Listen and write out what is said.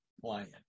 client